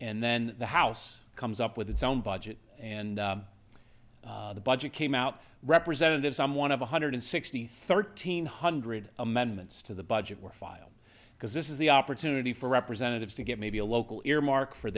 and then the house comes up with its own budget and the budget came out representatives i'm one of one hundred sixty thirteen hundred amendments to the budget were filed because this is the opportunity for representatives to get maybe a local earmark for